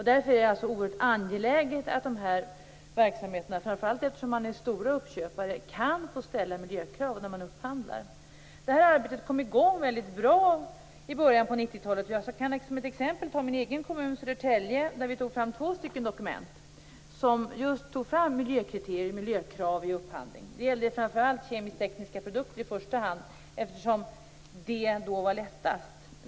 Därför är det alltså oerhört angeläget att dessa verksamheter, framför allt därför att det handlar om stora uppköpare, kan få ställa miljökrav när de upphandlar. Detta arbete kom i gång mycket bra i början av 90-talet. Jag kan som ett exempel ta min egen kommun, Södertälje, där vi tog fram två dokument i vilka anges vilka miljökrav och miljökriterier som skall gälla vid upphandling. Det gäller framför allt kemiskt tekniska produkter, eftersom det var lättast.